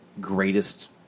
greatest